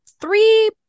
three